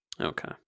okay